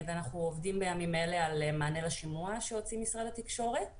אנחנו עובדים בימים אלה על מענה לשימוע שהוציא משרד התקשורת